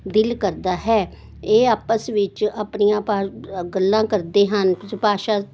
ਦਿਲ ਕਰਦਾ ਹੈ ਇਹ ਆਪਸ ਵਿੱਚ ਆਪਣੀਆਂ ਗੱਲਾਂ ਕਰਦੇ ਹਨ ਭਾਸ਼ਾ